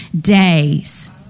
days